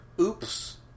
Oops